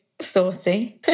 Saucy